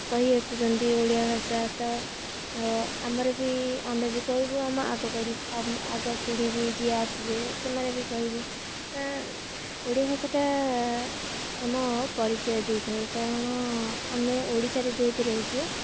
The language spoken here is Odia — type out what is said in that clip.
କହିଆସୁଛନ୍ତି ଓଡ଼ିଆ ଭାଷା ତ ଆମର ବି ଆମେ ବି କହିବୁ ଆମ ଆଗ ପିଢ଼ୀ ଆଗ ପିଢ଼ୀ ବି ଯିଏ ଆସିବେ ସେମାନେ ବି କହିବେ କାରଣ ଓଡ଼ିଆ ଭାଷାଟା ଆମ ପରିଚୟ ଦେଇଥାଏ କାରଣ ଆମେ ଓଡ଼ିଶାରେ ଯେହେତୁ ରହୁଛୁ